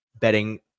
betting